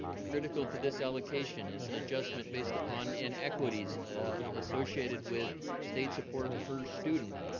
critical to this allocation is an adjustment based upon inequities associated with state support per student.